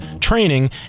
training